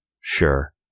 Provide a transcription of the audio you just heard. Sure